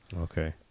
Okay